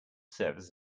service